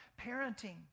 parenting